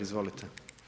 Izvolite.